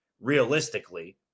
realistically